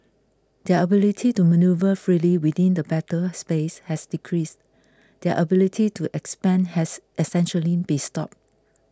their ability to manoeuvre freely within the battle space has decreased their ability to expand has essentially been stopped